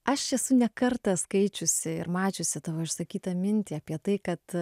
aš esu ne kartą skaičiusi ir mačiusi tavo išsakytą mintį apie tai kad